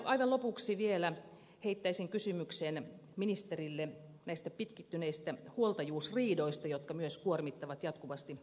aivan lopuksi vielä heittäisin kysymyksen ministerille näistä pitkittyneistä huoltajuusriidoista jotka myös kuormittavat jatkuvasti oikeuslaitosta